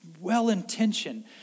well-intentioned